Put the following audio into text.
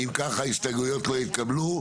אם כך, ההסתייגויות לא התקבלו.